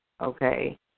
okay